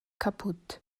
kapput